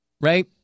right